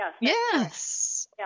Yes